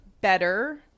better